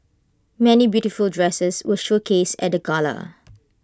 many beautiful dresses were showcased at the gala